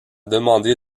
demandé